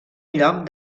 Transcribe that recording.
lloc